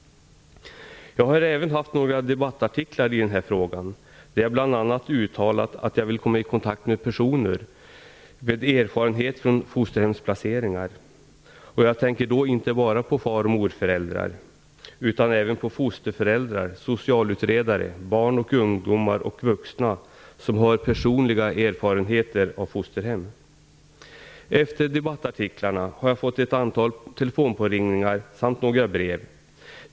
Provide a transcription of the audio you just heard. Jag har även skrivit några debattartiklar i den här frågan, där jag bl.a. har uttalat att jag vill komma i kontakt med personer med erfarenhet från fosterhemsplaceringar. Jag tänker då inte bara på far och morföräldrar utan även på fosterföräldrar, socialutredare, barn, ungdomar och vuxna som har personliga erfarenheter av fosterhem. Efter debattartiklarna har jag fått ett antal telefonpåringningar samt några brev.